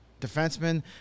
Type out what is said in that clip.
defensemen